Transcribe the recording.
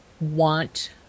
want